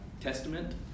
Testament